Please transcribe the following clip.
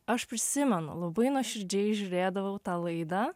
aš prisimenu labai nuoširdžiai žiūrėdavau tą laidą